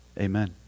amen